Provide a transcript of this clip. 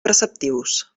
preceptius